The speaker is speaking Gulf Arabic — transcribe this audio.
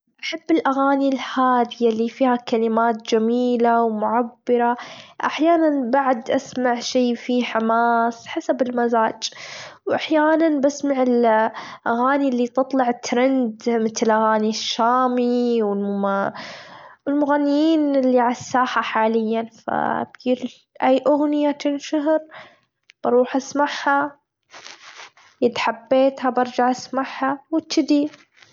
أحب الأغاني الهادية اللي فيها كلمات جميلة، ومعبرة احيانًا بعد أسمع شي فيه حماس حسب المزاج واحيانًا بسمع ال الاغاني اللي تطلع ترند متل اغاني الشامي و والمغنين اللي على الساحة حاليًا فا كتير أي أغنية تنشهر بروح أسمحها إذ حبيتها برجع أسمحها دجدي.